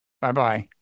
Bye-bye